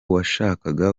washakaga